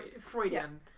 freudian